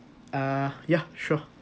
uh ya sure